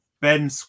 Ben